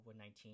COVID-19